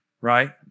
right